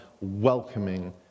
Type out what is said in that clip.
welcoming